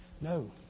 No